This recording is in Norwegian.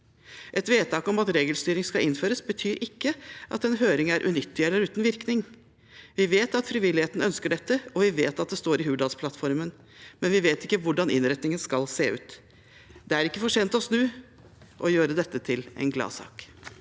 Et vedtak om at regelstyring skal innføres, betyr ikke at en høring er unyttig eller uten virkning. Vi vet at frivilligheten ønsker dette, og vi vet at det står i Hurdalsplattformen, men vi vet ikke hvordan innretningen skal se ut. Det er ikke for sent å snu og gjøre dette til en gladsak.